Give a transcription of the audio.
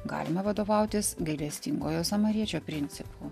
galime vadovautis gailestingojo samariečio principu